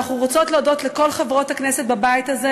ואנחנו רוצות להודות לכל חברות הכנסת בבית הזה.